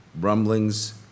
rumblings